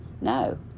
no